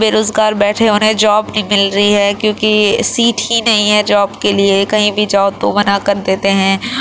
بے روزگار بیٹھے انہیں جاب نہیں مل رہی ہے کیونکہ سیٹ ہی نہیں ہے جاب کے لیے کہیں بھی جاؤ تو منع کر دیتے ہیں